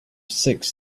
six